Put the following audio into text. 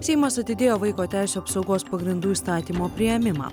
seimas atidėjo vaiko teisių apsaugos pagrindų įstatymo priėmimą